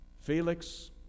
Felix